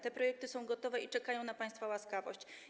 Te projekty są gotowe i czekają na państwa łaskawość.